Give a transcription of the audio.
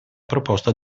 proposta